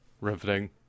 riveting